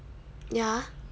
ya